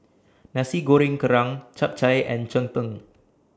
Nasi Goreng Kerang Chap Chai and Cheng Tng